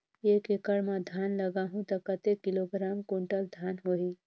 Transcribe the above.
एक एकड़ मां धान लगाहु ता कतेक किलोग्राम कुंटल धान होही?